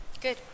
Good